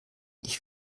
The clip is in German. ich